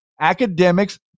academics